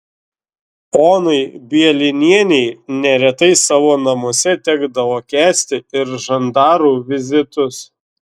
onai bielinienei neretai savo namuose tekdavo kęsti ir žandarų vizitus